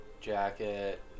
jacket